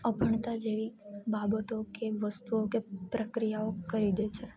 અભણતા જેવી બાબતો કે વસ્તુઓ કે પ્રક્રિયાઓ કરી દે છે